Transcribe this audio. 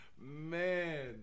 man